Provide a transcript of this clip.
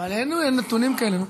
אבל אין נתונים כאלה.